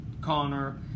Connor